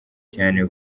cyane